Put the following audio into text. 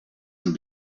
and